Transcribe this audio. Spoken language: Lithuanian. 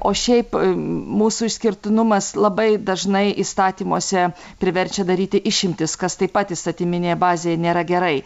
o šiaip mūsų išskirtinumas labai dažnai įstatymuose priverčia daryti išimtis kas taip pat įstatyminėje bazėje nėra gerai